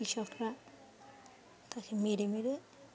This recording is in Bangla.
কৃষকরা তাকে মেরে মেরে